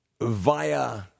via